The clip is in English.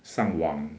上网